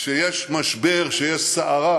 כשיש משבר, יש סערה,